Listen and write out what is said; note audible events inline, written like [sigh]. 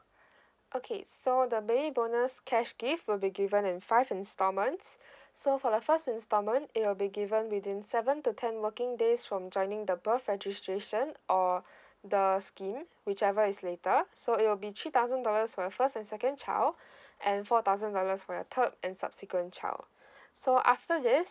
okay so the baby bonus cash gift will be given in five installments [breath] so for the first installment it will be given within seven to ten working days from joining the birth registration or the scheme whichever is later so it will be three thousand dollars for your first and second child [breath] and four thousand dollars for your third and subsequent child so after this